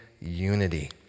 Unity